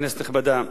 כנסת נכבדה,